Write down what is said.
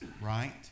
right